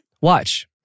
watch